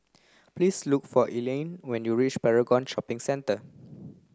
please look for Elayne when you reach Paragon Shopping Centre